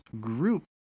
group